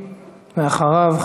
ואחריו,